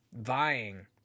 vying